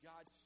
God